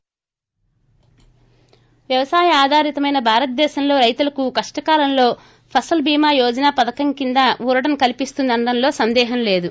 bet రైతు వ్యవసాయ ఆధారితమైన భారతదేశంలో రైతులకు కష్ణ కాలంలో ఫసల్ బీమా యోజన పథకం ఊరటను కల్సిస్తుంది అనడంలో సందేహం లేదు